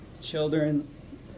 children